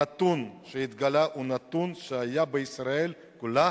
הנתון שהתגלה הוא הנתון שהיה בישראל כולה